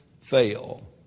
fail